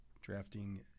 Drafting